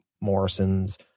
Morrison's